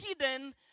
hidden